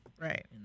Right